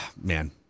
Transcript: Man